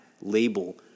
label